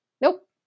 nope